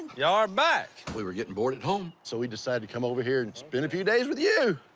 y'all are back. we were getting bored at home, so we decided to come over here and spend a few days with you.